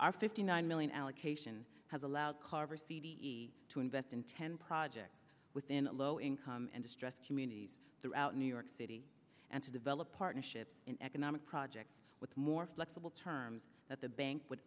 are fifty nine million allocation has allowed carver c d e to invest in ten projects within low income and distressed communities throughout new york city and to develop partnerships in economic projects with more flexible terms that the bank would